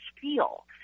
feel